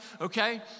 okay